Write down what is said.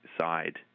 side